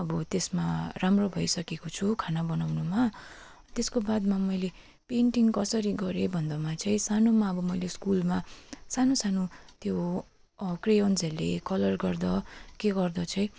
अब त्यसमा राम्रो भइसकेको छु खाना बनाउनुमा त्यसको बादमा मैले पेन्टिङ कसरी गरेँ भन्दामा चाहिँ सानोमा अब मैले स्कुलमा सानो सानो त्यो क्रेयन्सहरूले कलर गर्दा के गर्दा चाहिँ